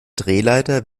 drehleiter